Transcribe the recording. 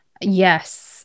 Yes